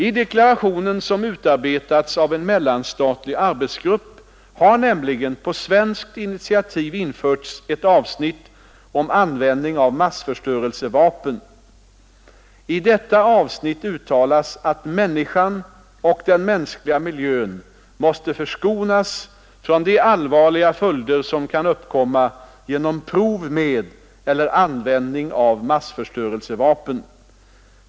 I deklarationen som utarbetats av en mellanstatlig arbetsgrupp har nämligen på svenskt initiativ införts ett avsnitt om användning av massförstörelsevapen. I detta avsnitt uttalas att människan och den mänskliga miljön måste förskonas från de allvarliga följder som kan uppkomma genom prov med eller användning av massförstörelsevapen.